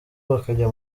bakajya